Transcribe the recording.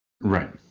Right